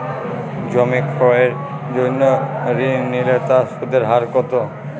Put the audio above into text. জমি ক্রয়ের জন্য ঋণ নিলে তার সুদের হার কতো?